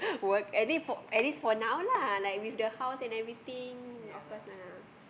work at least at least for now lah like with the house and everything of course lah